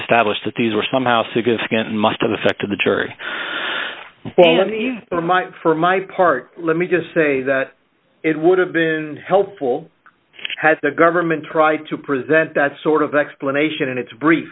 establish that these were somehow significant must have affected the jury my for my part let me just say that it would have been helpful had the government tried to present that sort of explanation in its